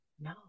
no